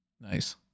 Nice